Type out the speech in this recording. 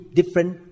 different